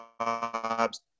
jobs